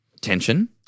tension